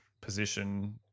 position